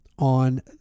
on